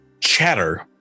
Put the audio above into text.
chatter